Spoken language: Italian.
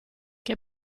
che